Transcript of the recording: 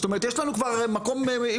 זאת אומרת יש לנו מקום עירוני,